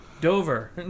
Dover